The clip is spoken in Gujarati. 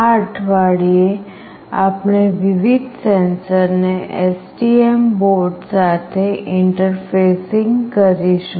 આ અઠવાડિયે આપણે વિવિધ સેન્સર ને STM બોર્ડ સાથે ઇન્ટરફેસિંગ કરીશું